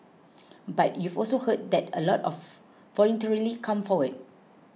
but you've also heard that a lot of voluntarily come forward